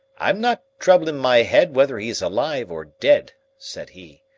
i'm not troublin' my head whether he's alive or dead, said he.